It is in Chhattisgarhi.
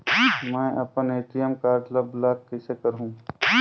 मै अपन ए.टी.एम कारड ल ब्लाक कइसे करहूं?